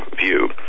view